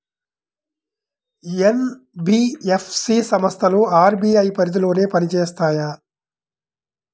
NBFC సంస్థలు RBI పరిధిలోనే పని చేస్తాయా?